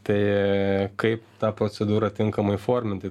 tai kaip tą procedūrą tinkamai įformint tai